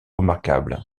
remarquables